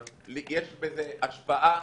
יש לזה השפעה